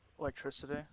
Electricity